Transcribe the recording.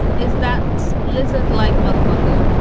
is that lizard like motherfucker.